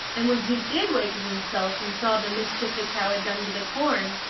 and when he did wake of himself, and saw the mischief the cow had done to the corn,